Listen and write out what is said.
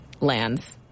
lands